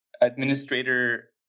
administrator